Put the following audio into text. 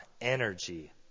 energy